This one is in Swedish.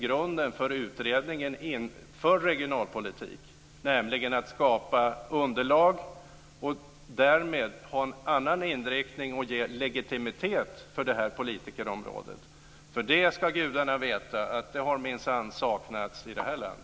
Grunden för den regionalpolitiska utredningen är att skapa ett underlag och ge en ändrad inriktning och en legitimitet för detta politikområde. Gudarna ska veta att detta minsann är något som har saknats i vårt land.